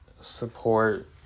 support